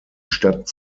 stadt